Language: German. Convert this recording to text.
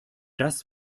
das